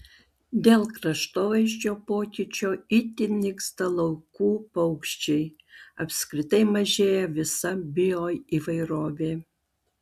dėl kraštovaizdžio pokyčio itin nyksta laukų paukščiai apskritai mažėja visa bioįvairovė